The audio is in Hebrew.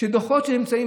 שדוחות שנמצאים,